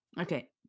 Okay